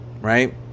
right